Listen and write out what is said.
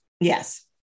Yes